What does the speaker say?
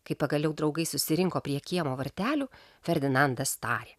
kai pagaliau draugai susirinko prie kiemo vartelių ferdinandas tarė